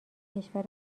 کشور